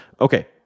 Okay